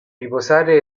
riposare